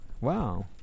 wow